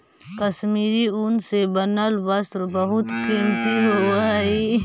कश्मीरी ऊन से बनल वस्त्र बहुत कीमती होवऽ हइ